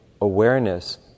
awareness